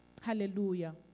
Hallelujah